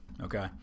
okay